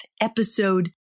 episode